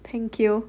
thank you